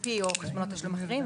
P2P או חשבונות תשלום אחרים.